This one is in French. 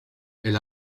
elle